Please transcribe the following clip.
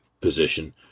position